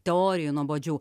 teorijų nuobodžių